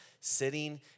sitting